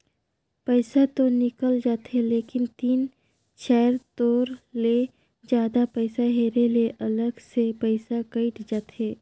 पइसा तो निकल जाथे लेकिन तीन चाएर तोर ले जादा पइसा हेरे ले अलग से पइसा कइट जाथे